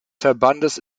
verbandes